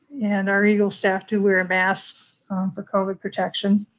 and our egle staff do wear a mask for covid protection.